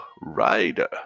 Rider